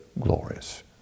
glorious